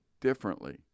differently